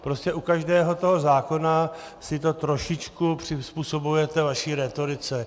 Prostě u každého toho zákona si to trošičku přizpůsobujete vaší rétorice.